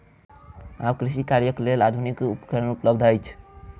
आब कृषि कार्यक लेल आधुनिक उपकरण उपलब्ध अछि